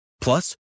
Plus